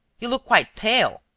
you look quite pale.